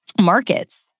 markets